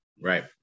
right